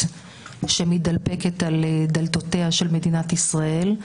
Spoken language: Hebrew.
שמתדפקת על דלתותיה של מדינת ישראל.